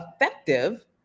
effective